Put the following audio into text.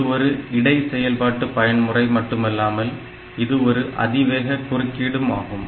இது ஒரு இடை செயல்பாட்டு பயன்முறை மட்டுமல்லாமல் இது ஒரு அதிவேக குறுக்கீடும் ஆகும்